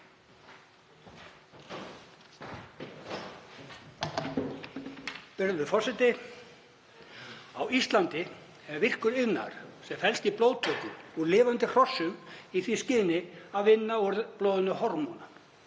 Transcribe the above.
forseti. Á Íslandi er virkur iðnaður sem felst í blóðtöku úr lifandi hrossum í því skyni að vinna úr blóðinu hormón